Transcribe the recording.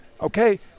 okay